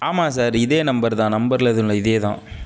ஆமாம் சார் இதே நம்பரு இதேதான் நம்பரில் எதுவும் இல்லை இதே தான்